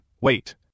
Wait